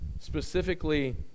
specifically